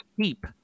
keep